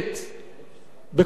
בכל הנושאים האלה,